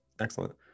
Excellent